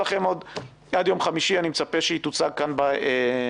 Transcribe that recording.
ואני מצפה שעד יום חמישי היא תוצג בוועדה.